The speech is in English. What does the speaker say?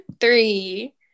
three